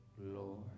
Lord